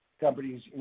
Companies